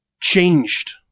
changed